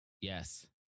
Yes